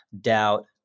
doubt